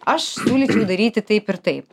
aš siūlyčiau daryti taip ir taip